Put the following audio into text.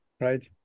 right